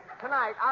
tonight